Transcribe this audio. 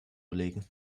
legen